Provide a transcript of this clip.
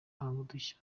udushya